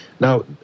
now